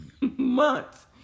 months